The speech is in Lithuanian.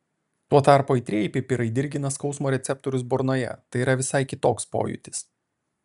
tuo tarpu aitrieji pipirai dirgina skausmo receptorius burnoje tai yra visai kitoks pojūtis